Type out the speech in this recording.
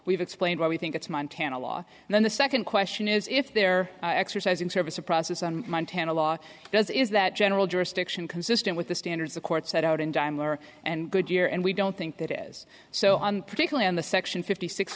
we've explained why we think it's montana law and then the second question is if they're exercising service a process on montana law does is that general jurisdiction consistent with the standards the court set out and i'm lower and good year and we don't think that is so on particularly on the section fifty six